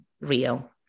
real